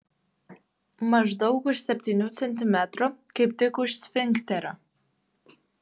maždaug už septynių centimetrų kaip tik už sfinkterio